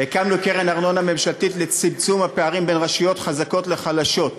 הקמנו קרן ארנונה ממשלתית לצמצום הפערים בין רשויות חזקות לחלשות.